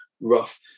rough